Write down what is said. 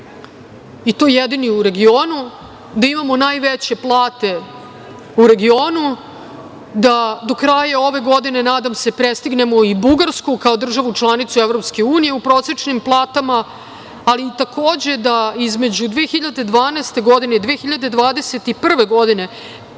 i to jedini u regionu, da imamo najveće plate u regionu, da do kraja ove godine, nadam se, prestignemo i Bugarsku kao državu članicu EU, u prosečnim platama, ali takođe da između 2012. godine i 2021. godine,